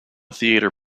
theatre